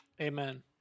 Amen